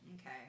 Okay